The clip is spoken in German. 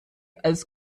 als